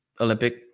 Olympic